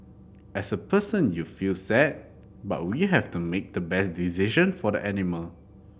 as a person you feel sad but we have to make the best decision for the animal